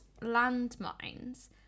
landmines